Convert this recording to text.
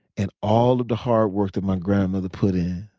and all of the hard work that my grandmother put in,